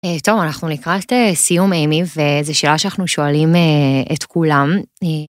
טוב אנחנו לקראת סיום אימי ואיזה שאלה שאנחנו שואלים את כולם.